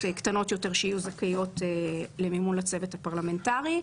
קטנות יותר שיהיו זכאיות למימון הצוות הפרלמנטרי.